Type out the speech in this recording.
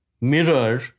mirror